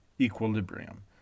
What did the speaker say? equilibrium